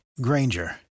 Granger